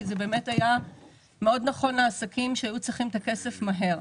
כי זה היה מאוד נכון לעסקים שהיו צריכים את הכסף מהר.